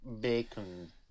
Bacon